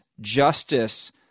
justice